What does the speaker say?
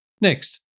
Next